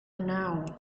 now